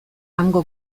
hango